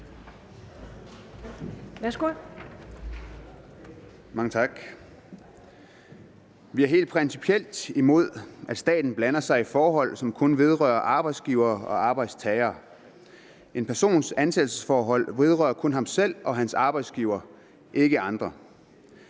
Vi er helt principielt imod, at staten blander sig i forhold, som kun vedrører arbejdsgivere og arbejdstagere. En persons ansættelsesforhold vedrører kun ham selv og hans arbejdsgiver – ikke andre.